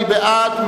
מי בעד?